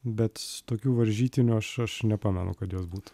bet tokių varžytinių aš aš nepamenu kad jos būtų